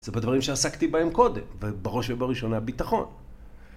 זה בדברים שעסקתי בהם קודם, בראש ובראשונה ביטחון.